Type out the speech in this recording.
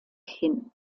hin